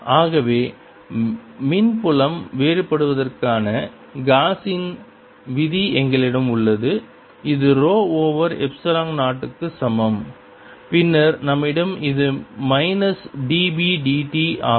ஆகவே மின் புலம் வேறுபடுவதற்கான காஸின்Gauss's விதி எங்களிடம் உள்ளது இது ரோ ஓவர் எப்சிலன் 0 க்கு சமம் பின்னர் நம்மிடம் இது மைனஸ் d B dt ஆகும்